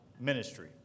ministry